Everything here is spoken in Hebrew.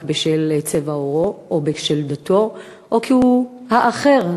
רק בשל צבע עורו או בשל דתו או כי הוא האחר,